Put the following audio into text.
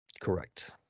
Correct